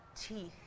teeth